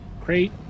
crate